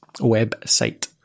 website